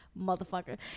motherfucker